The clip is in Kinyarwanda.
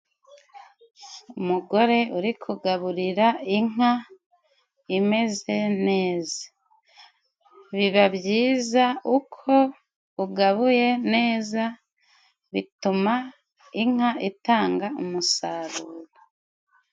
Umugore uri kugaburira inka imeze neza. Biba byiza uko ugabuye neza bituma inka itanga umusaruro.